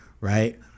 Right